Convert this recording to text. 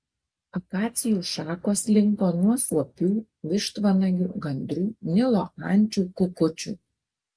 akacijų šakos linko nuo suopių vištvanagių gandrų nilo ančių kukučių